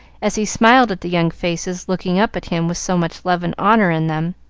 as he smiled at the young faces looking up at him with so much love and honor in them